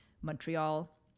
Montreal